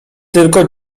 tylko